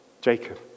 Jacob